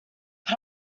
but